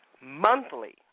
monthly